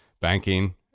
banking